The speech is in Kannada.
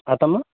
ಆಯ್ತಮ್ಮ